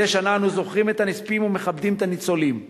מדי שנה אנו זוכרים את הנספים ומכבדים את הניצולים.